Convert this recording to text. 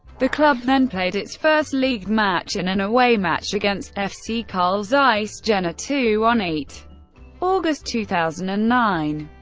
the club then played its first league match in an away match against fc carl zeiss jena ii on eight august two thousand and nine.